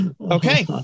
Okay